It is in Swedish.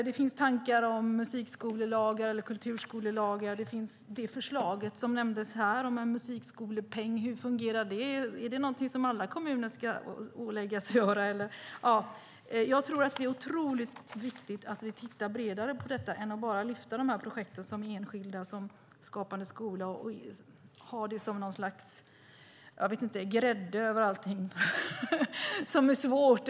Det finns tankar om musikskolelagar eller kulturskolelagar. Det finns det förslag som nämndes här, om en musikskolepeng. Hur fungerar det? Är det någonting som alla kommuner ska åläggas att göra? Jag tror att det är otroligt viktigt att vi tittar bredare på detta än att bara lyfta de här enskilda projekten, som Skapande skola, och ha det som något slags grädde över allting som är svårt.